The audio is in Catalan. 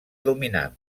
dominant